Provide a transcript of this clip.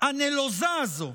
הנלוזה הזו,